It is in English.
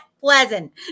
pleasant